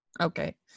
okay